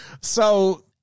So-